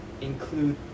include